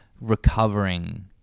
recovering